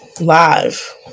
live